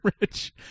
Rich